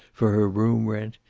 for her room rent,